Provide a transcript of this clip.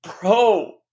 Bro